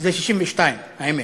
זה 62, האמת.